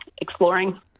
exploring